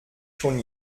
schon